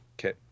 Okay